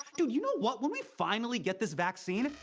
dude, you know what? when we finally get this vaccine,